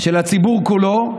של הציבור כולו.